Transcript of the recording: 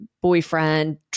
boyfriend